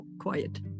quiet